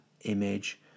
image